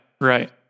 Right